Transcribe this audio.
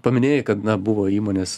paminėjai kad na buvo įmonės